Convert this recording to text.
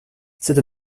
c’est